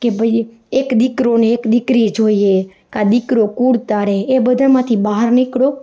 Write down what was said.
કે ભઇ એક દીકરો એક દીકરી જોઈએ કાં દીકરો કૂળ તારે એ બધામાંથી બહાર નીકળો